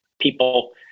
people